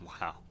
Wow